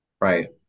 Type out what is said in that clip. Right